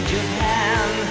Japan